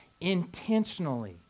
intentionally